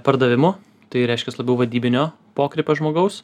pardavimo tai reiškias labiau vadybinio pokrypio žmogaus